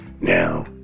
Now